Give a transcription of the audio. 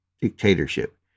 dictatorship